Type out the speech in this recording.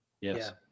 Yes